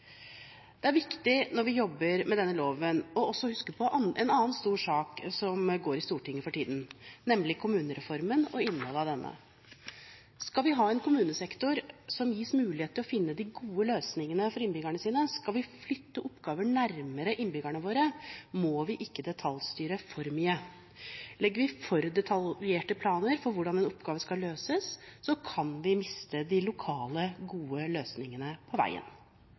Det er viktig når vi jobber med denne loven også å huske på en annen stor sak som går i Stortinget for tiden, nemlig kommunereformen og innholdet av denne. Skal vi ha en kommunesektor som gis mulighet til å finne de gode løsningene for innbyggerne sine, og skal vi flytte oppgaver nærmere innbyggerne våre, må vi ikke detaljstyre for mye. Legger vi for detaljerte planer for hvordan en oppgave skal løses, kan vi miste de lokale gode løsningene på veien.